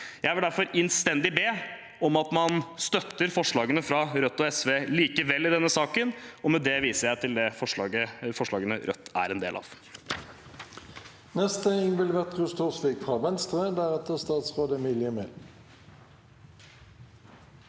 Jeg vil derfor innstendig be om at man støtter forslagene fra Rødt og SV i denne saken likevel. Med det viser jeg til forslagene Rødt er med på.